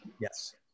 Yes